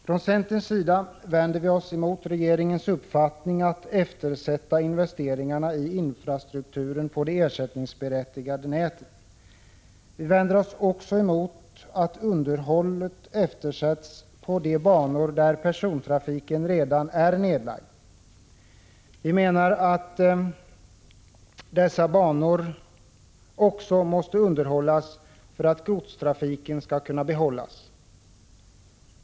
Vi i centern vänder oss emot regeringens uppfattning när det gäller att eftersätta investeringarna i infrastrukturen på det ersättningsberättigade nätet. Vi är också emot att underhållet eftersätts på de banor där persontrafiken redan är nedlagd. Vi menar att även dessa banor måste underhållas för att godstrafiken skall kunna behållas.